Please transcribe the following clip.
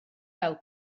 gael